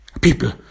people